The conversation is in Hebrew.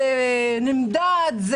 זה נמדד,